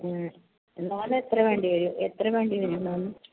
loan എത്ര വേണ്ടിവരും എത്ര വേണ്ടിവരും ലോണ്